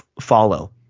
follow